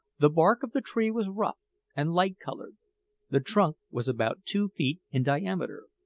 the bark of the tree was rough and light-coloured the trunk was about two feet in diameter,